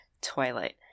Twilight